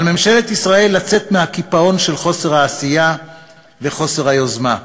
על ממשלת ישראל לצאת מהקיפאון של חוסר העשייה וחוסר היוזמה,